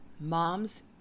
Mom's